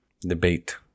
Debate